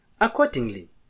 Accordingly